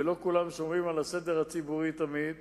ולא כולם שומרים על הסדר הציבורי תמיד,